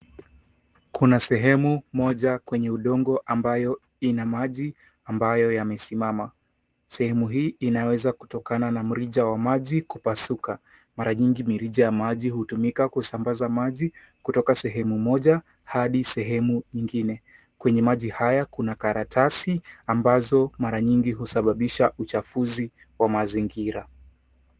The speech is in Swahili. Kuna sehemu moja kwenye udongo ambayo ina maji ambayo yamesimama. Sehemu hii inaweza kutokana na mrija wa maji kupasuka. Mara nyingi mirija ya maji hutumika kusambaza maji kutoka sehemu moja hadi sehemu ingine. Kwenye maji haya kuna karatasi ambazo mara nyingi husababisha uchafuzi wa mazingira.